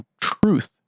truth